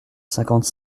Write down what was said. cinquante